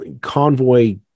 convoy